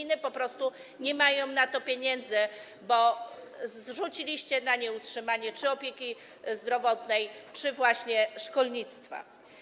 Ale gminy po prostu nie mają na to pieniędzy, bo zrzuciliście na nie utrzymanie opieki zdrowotnej czy właśnie szkolnictwa.